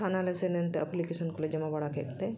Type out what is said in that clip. ᱛᱷᱟᱱᱟᱞᱮ ᱥᱮᱱ ᱮᱱᱛᱮ ᱮᱯᱞᱤᱠᱮᱥᱚᱱ ᱠᱚᱞᱮ ᱡᱚᱢᱟ ᱵᱟᱲᱟ ᱠᱮᱫ ᱛᱮ